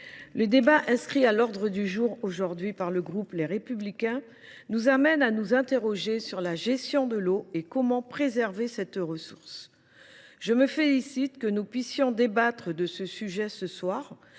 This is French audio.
ce débat inscrit à notre ordre du jour par le groupe Les Républicains nous conduit à nous interroger sur la gestion de l’eau : comment préserver cette ressource ? Je me félicite que nous puissions débattre de ce sujet.